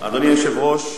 אדוני היושב-ראש,